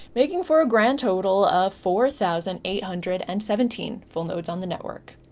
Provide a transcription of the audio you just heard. making for a grand total of four thousand eight hundred and seventeen full nodes on the network.